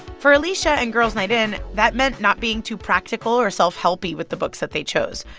for alisha and girls' night in, that meant not being too practical or self-helpy with the books that they chose.